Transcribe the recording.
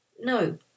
No